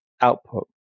output